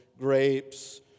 grapes